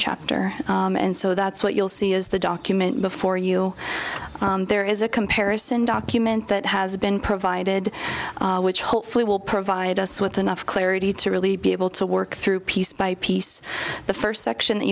chapter and so that's what you'll see is the document before you there is a comparison document that has been provided which hopefully will provide us with enough clarity to really be able to work through piece by piece the first section that